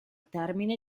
termine